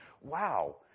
wow